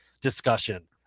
discussion